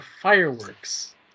Fireworks